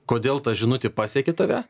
kodėl ta žinutė pasiekė tave